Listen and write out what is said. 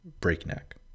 breakneck